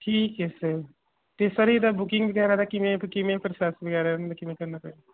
ਠੀਕਹੈ sir ਅਤੇ sir ਇਹ ਦਾ ਬੁਕਿੰਗ ਵਗੈਰਾ ਦਾ ਕਿਵੇਂ ਫਿਰ ਕਿਵੇਂ ਪ੍ਰੋਸੈਸ ਵਗੈਰਾ ਕਿਵੇਂ ਕਰਨਾ ਪਏਗਾ